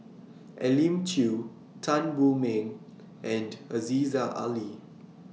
Elim Chew Tan Wu Meng and Aziza Ali